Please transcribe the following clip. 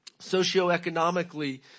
socioeconomically